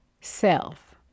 self